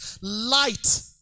light